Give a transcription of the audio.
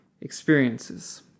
experiences